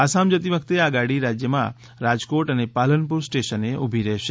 આસામ જતી વખતે આ ગાડી રાજ્યમાં રાજકોટ અને પાલનપુર સ્ટેશને ઉભી રહેશે